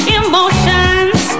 emotions